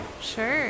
Sure